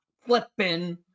flipping